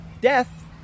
Death